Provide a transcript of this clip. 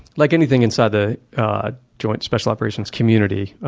like anything inside the joint special operations community,